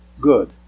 good